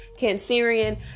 cancerian